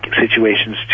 situations